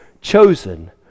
Chosen